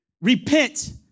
Repent